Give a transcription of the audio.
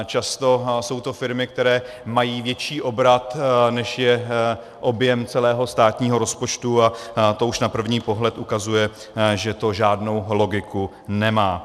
Často jsou to firmy, které mají větší obrat, než je objem celého státního rozpočtu, a to už na první pohled ukazuje, že to žádnou logiku nemá.